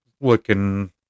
looking